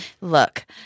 look